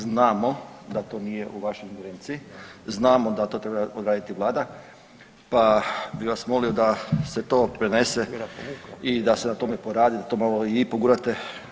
Znamo da to nije u vašoj ingerenciji, znamo da to treba odraditi Vlada, pa bih vas molio da se to prenese i da se na tome poradi da to malo i pogurate.